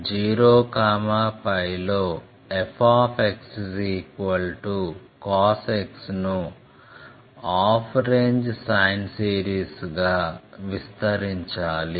0π లో fxcos x ను half range sine series గా విస్తరించాలి